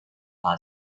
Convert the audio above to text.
发展